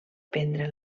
prendre